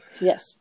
Yes